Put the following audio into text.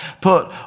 put